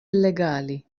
illegali